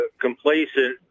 complacent